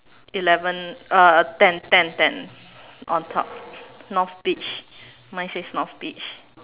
eleven uh ten ten ten on top north beach mine says north beach